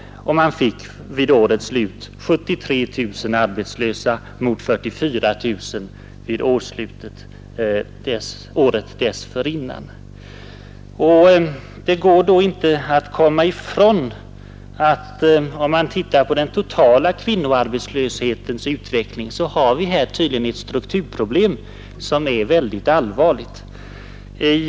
Man fick vid årets slut 73 000 arbetslösa mot 44 000 vid föregående årsskifte. Om man studerar den totala kvinnoarbetslöshetens utveckling finner man att den är ett strukturproblem, och ett mycket allvarligt sådant.